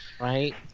Right